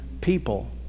people